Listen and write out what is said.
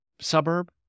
suburb